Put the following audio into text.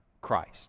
Christ